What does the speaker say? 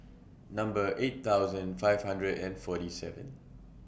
Number eight thousand five hundred and forty seven